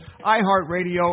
iHeartRadio